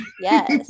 Yes